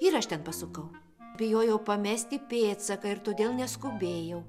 ir aš ten pasukau bijojau pamesti pėdsaką ir todėl skubėjau